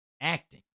acting